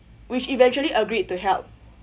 which eventually agreed to help